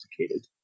complicated